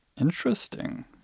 Interesting